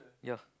ya